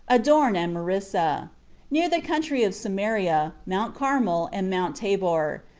adorn, and marissa near the country of samaria, mount carmel, and mount tabor,